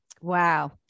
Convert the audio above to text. Wow